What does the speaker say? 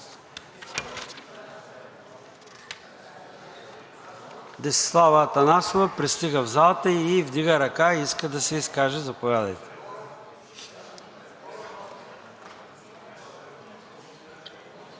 Десислава Атанасова пристига в залата и вдига ръка – иска да се изкаже. Заповядайте. ДЕСИСЛАВА АТАНАСОВА